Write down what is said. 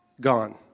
gone